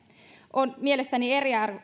on mielestäni